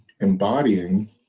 embodying